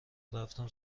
رفتیم